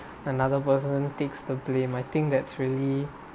another person takes the blame I think that's really